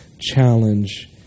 challenge